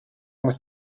muss